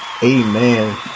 Amen